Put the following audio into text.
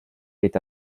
est